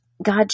God